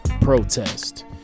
protest